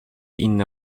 inne